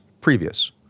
previous